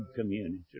community